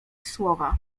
słowa